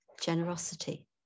generosity